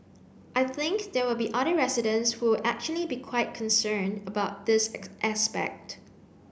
I think there will be other residents who will actually be quite concerned about this aspect